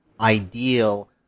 ideal